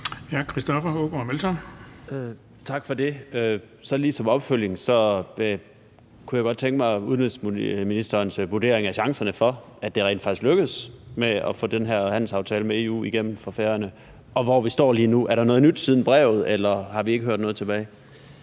Tak for det. Som opfølgning kunne jeg så lige godt tænke mig udenrigsministerens vurdering af chancerne for, at det rent faktisk lykkes at få den her handelsaftale med EU igennem for Færøerne, og hvor vi står lige nu. Er der noget nyt siden brevet, eller har vi ikke hørt noget tilbage?